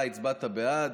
אתה הצבעת בעד?